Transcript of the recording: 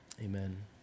amen